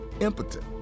impotent